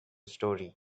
story